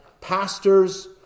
pastors